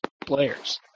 players